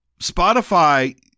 Spotify